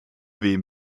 wem